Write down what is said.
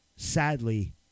Sadly